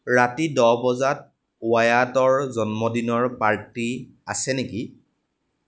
ৰাতি দহ বজাত ৱায়াটৰ জন্মদিনৰ পাৰ্টি আছে নেকি